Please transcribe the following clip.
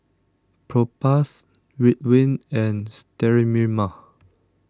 Propass Ridwind and Sterimar